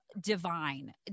divine